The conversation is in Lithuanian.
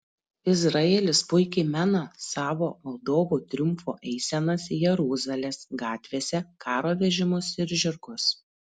izraelis puikiai mena savo valdovų triumfo eisenas jeruzalės gatvėse karo vežimus ir žirgus